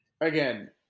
Again